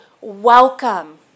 welcome